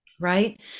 Right